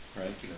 right